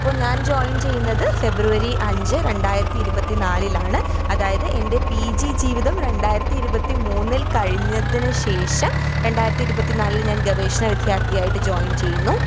അപ്പോൾ ഞാൻ ജോയിൻ ചെയ്യുന്നത് ഫെബ്രുവരി അഞ്ച് രണ്ടായിരത്തി ഇരുപത്തിനാലിലാണ് അതായത് എൻ്റെ പീ ജി ജീവിതം രണ്ടായിരത്തി ഇരുപത്തിമൂന്നിൽ കഴിഞ്ഞതിനുശേഷം രണ്ടായിരത്തി ഇരുപത്തിനാലിൽ ഞാൻ ഗവേഷണ വിദ്യാർത്ഥിയായിട്ട് ജോയിൻ ചെയ്യുന്നു